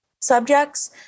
subjects